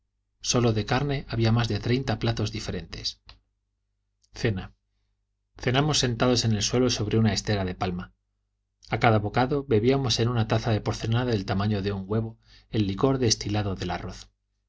sólo de carne había más de treinta platos diferentes cena cenamos sentados en el suelo sobre una estera de palma a cada bocado bebíamos en una taza de porcelana del tamaño de un huevo el licor destilado del arroz